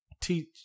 teach